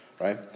right